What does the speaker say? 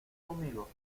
conmigo